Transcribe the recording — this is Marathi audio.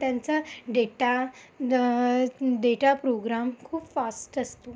त्यांचं डेटा डेटा प्रोग्राम खूप फास्ट असतो